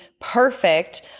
perfect